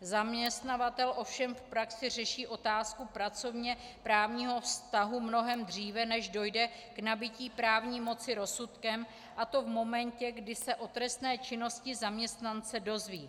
Zaměstnavatel ovšem v praxi řeší otázku pracovněprávního vztahu mnohem dříve, než dojde k nabytí právní moci rozsudkem, a to v momentě, kdy se o trestné činnosti zaměstnance dozví.